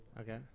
Okay